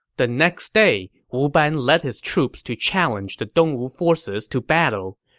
the next day, wu ban led his troops to challenge the dongwu forces to battle.